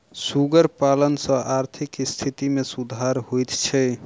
सुगर पालन सॅ आर्थिक स्थिति मे सुधार होइत छै